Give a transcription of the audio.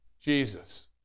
Jesus